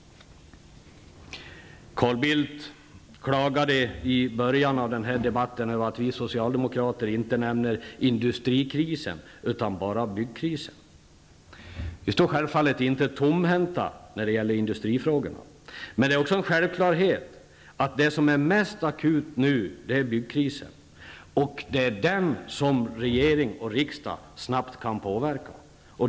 Carl Bildt klagade i början av den här debatten över att vi socialdemokrater inte nämner industrikrisen, utan bara byggkrisen. Vi står självfallet inte tomhänta när det gäller industrifrågor. Men det är också en självklarhet att det som är mest akut nu är byggkrisen. Det är den som regering och riksdag snabbt kan påverka.